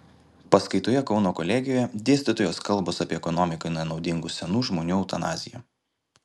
paskaitoje kauno kolegijoje dėstytojos kalbos apie ekonomikai nenaudingų senų žmonių eutanaziją